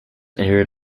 aired